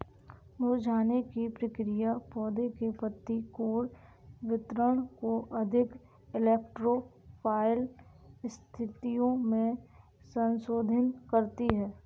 मुरझाने की प्रक्रिया पौधे के पत्ती कोण वितरण को अधिक इलेक्ट्रो फाइल स्थितियो में संशोधित करती है